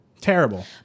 Terrible